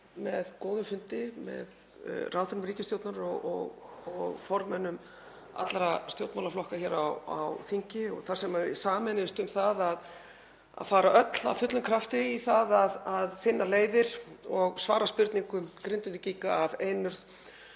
með góðum fundi með ráðherrum ríkisstjórnarinnar og formönnum allra stjórnmálaflokka hér á þingi þar sem við sameinuðust um að fara öll af fullum krafti í það að finna leiðir og svara spurningum Grindvíkinga af einurð